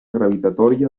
gravitatòria